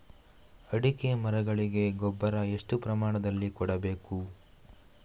ಅಡಿಕೆ ಮರಗಳಿಗೆ ಗೊಬ್ಬರ ಎಷ್ಟು ಪ್ರಮಾಣದಲ್ಲಿ ಕೊಡಬೇಕು?